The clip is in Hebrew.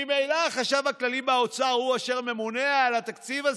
ממילא החשב הכללי באוצר הוא אשר ממונה על התקציב הזה.